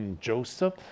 Joseph